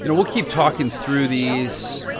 you know we'll keep talking through these.